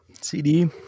CD